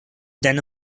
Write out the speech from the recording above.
than